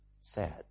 sad